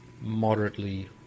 moderately